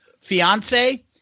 fiance